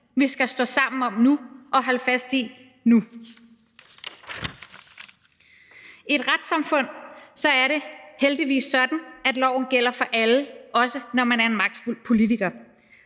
vi skal stå sammen om nu og holde fast i nu. I et retssamfund er det heldigvis sådan, at loven gælder for alle, også når man er en magtfuld politiker,